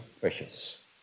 precious